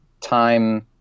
time